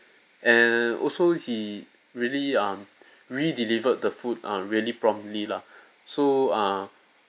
and also he really um re delivered the food err really promptly lah so uh